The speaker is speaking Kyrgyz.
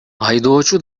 айдоочу